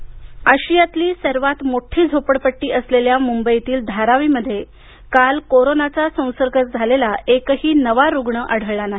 धारावी आशियातली सर्वात मोठी झोपडपट्टी असलेल्या मुंबईतील धारावीमध्ये काल कोरोनाचा संसर्ग झालेला एकही नवा रुग्ण आढळला नाही